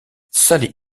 sally